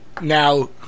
Now